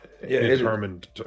determined